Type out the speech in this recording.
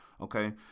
okay